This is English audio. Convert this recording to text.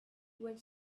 where